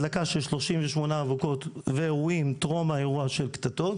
הדלקה של 38 אבוקות ואירועים טרום האירוע של קטטות.